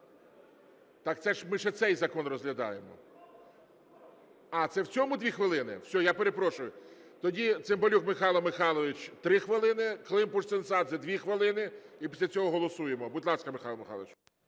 це, ми ще цей закон розглядаємо. А, це в цьому 2 хвилини? Все, я перепрошую. Тоді Цимбалюк Михайло Михайлович – 3 хвилини, Климпуш-Цинцадзе – 2 хвилини. І після цього голосуємо. Будь ласка, Михайло Михайлович.